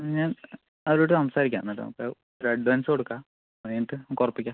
ഞാൻ അവരോട് സംസാരിക്കാം എന്നിട്ട് നമുക്ക് ഒരു അഡ്വാൻസ് കൊടുക്കാം അതു കഴിഞ്ഞിട്ട് നമുക്ക് ഉറപ്പിക്കാം